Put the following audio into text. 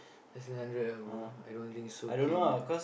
less than hundred ah bro I don't think so can